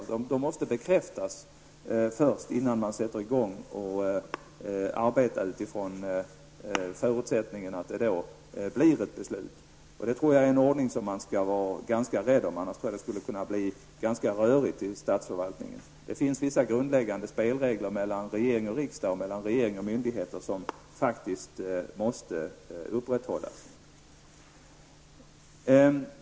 Besluten måste bekräftas, innan man sätter i gång. Man måste arbeta utifrån förutsättningen att det blir ett beslut. Detta är en ordning som jag tror att man måste vara ganska rädd om. Följer man inte den tror jag att det skulle bli ganska rörigt i statsförvaltningen. Det finns vissa grundläggande spelregler för regering och riksdag och för regering och myndigheter, spelregler som faktiskt måste upprätthållas.